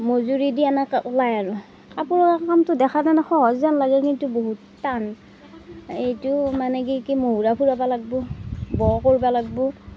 মজুৰিটো ওলায় আৰু কাপোৰৰ কামটো দেখাত সহজ যেন লাগে কিন্তু বহুত টান এইটো মানে কি কি মুহুৰা ঘুৰাব লাগিব ব কৰিব লাগিব